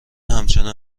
همچنان